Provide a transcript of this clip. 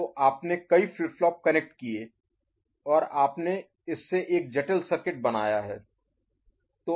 तो आपने कई फ्लिप फ्लॉप कनेक्ट किए और आपने इससे एक जटिल सर्किट बनाया है